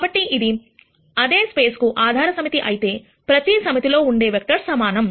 కాబట్టి అదే స్పేస్ కు ఆధార సమితి అయితే ప్రతి సమితిలో ఉండే వెక్టర్స్ సమానం